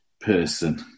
person